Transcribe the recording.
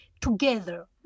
together